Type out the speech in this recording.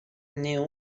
knew